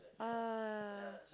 ah